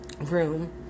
room